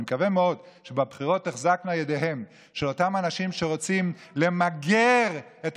אני מקווה מאוד שבבחירות תחזקנה ידיהם של אותם אנשים שרוצים למגר את